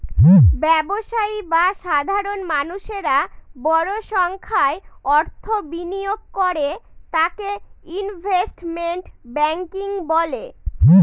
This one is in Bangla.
ব্যবসায়ী বা সাধারণ মানুষেরা বড় সংখ্যায় অর্থ বিনিয়োগ করে তাকে ইনভেস্টমেন্ট ব্যাঙ্কিং বলে